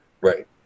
Right